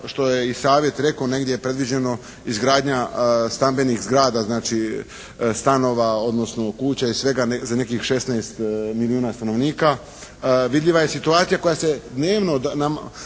što je i savjet rekao negdje je predviđeno izgradnja stambenih zgrada znači stanova odnosno kuća i svega za nekih 16 milijuna stanovnika. Vidljiva je situacija koja se dnevno,